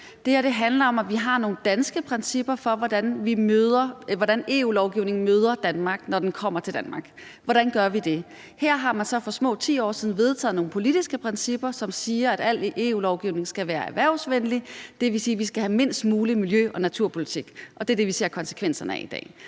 Det her handler om, at vi har nogle danske principper for, hvordan EU-lovgivningen møder Danmark, når den kommer til Danmark. Hvordan gør vi det? Her har man så for små 10 år siden vedtaget nogle politiske principper, som siger, at al EU-lovgivning skal være erhvervsvenlig. Det vil sige, at vi skal have mindst mulig miljø- og naturpolitik, og det er det, vi ser konsekvenserne af i dag.